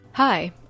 Hi